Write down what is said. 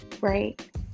right